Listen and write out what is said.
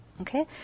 Okay